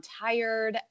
tired